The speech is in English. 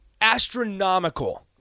astronomical